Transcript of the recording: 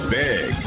big